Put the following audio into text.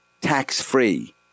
tax-free